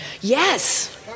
Yes